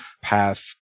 path